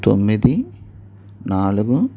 తొమ్మిది నాలుగు